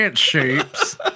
shapes